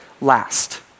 last